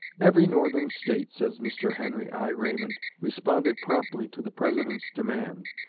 every northern state, says mr. henry i. raymond, responded promptly to the president's demand,